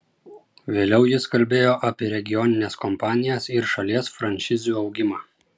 vėliau jis kalbėjo apie regionines kompanijas ir šalies franšizių augimą